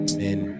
men